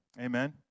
Amen